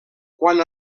quan